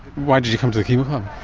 why did you come to the chemo